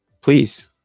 please